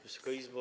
Wysoka Izbo!